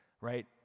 right